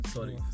Sorry